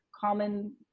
common